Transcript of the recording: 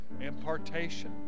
impartation